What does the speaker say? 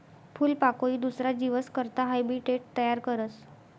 फूलपाकोई दुसरा जीवस करता हैबीटेट तयार करस